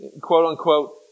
quote-unquote